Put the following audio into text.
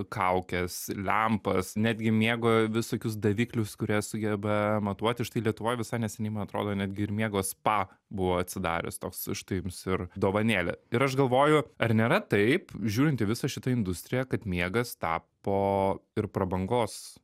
kaukes lempas netgi miego visokius daviklius kurie sugeba matuoti štai lietuvoj visai neseniai man atrodo netgi ir miego spa buvo atsidarius toks štai jums ir dovanėlė ir aš galvoju ar nėra taip žiūrint į visą šitą industriją kad miegas tapo ir prabangos